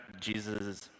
Jesus